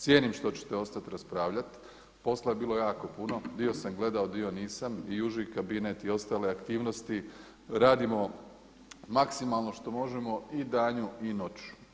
Cijenim što ćete ostati raspravljati, posla je bilo jako puno, dio sam gledao, dio nisam i uzi kabinet i ostale aktivnosti radimo maksimalno što možemo i danju i noću.